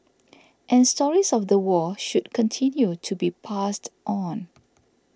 and stories of the war should continue to be passed on